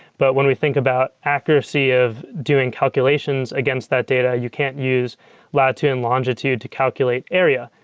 but when we think about accuracy of doing calculations against that data, you can't use latitude and longitude to calculate area,